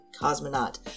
cosmonaut